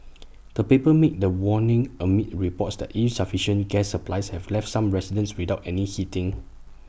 the paper made the warning amid reports that insufficient gas supplies have left some residents without any heating